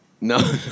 No